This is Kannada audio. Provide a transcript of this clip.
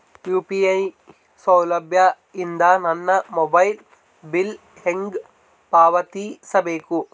ಯು.ಪಿ.ಐ ಸೌಲಭ್ಯ ಇಂದ ನನ್ನ ಮೊಬೈಲ್ ಬಿಲ್ ಹೆಂಗ್ ಪಾವತಿಸ ಬೇಕು?